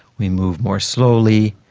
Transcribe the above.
we move more slowly,